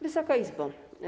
Wysoka Izbo!